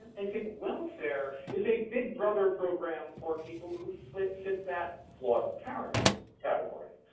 they think welfare is a big brother program for people who fit fit that flawed character category.